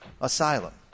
asylum